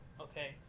Okay